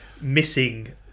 missing